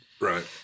Right